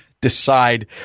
decide